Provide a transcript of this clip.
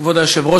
כבוד היושב-ראש,